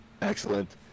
excellent